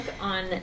on